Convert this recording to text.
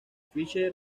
fisher